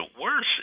worse